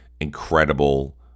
incredible